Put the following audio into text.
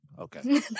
Okay